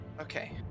okay